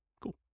Cool